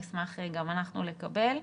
נשמח גם אנחנו לקבל.